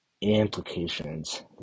implications